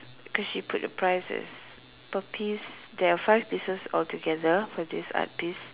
cause she put the prices per piece there are five pieces altogether for this art piece